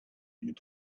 your